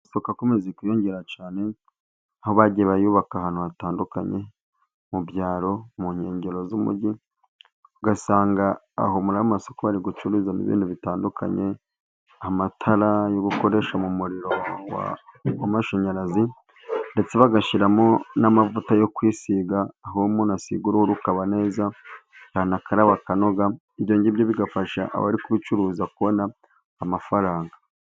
Amasoko akomeje kwiyongera cyane, aho bagiye bayubaka ahantu hatandukanye, mu byaro, mu nkengero z'umujyi, ugasanga aho muri ayo amasoko bari gucururizamo ibintu bitandukanye, amatara yo gukoresha mu muriro w'amashanyarazi, ndetse bagashyiramo n'amavuta yo kwisiga, aho umuntu asiga uruhu rukaba neza, ibyo bigafasha abari kubicuruza kubona amafaranga.